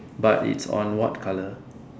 but it's on what color